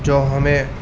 جو ہمیں